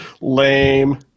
Lame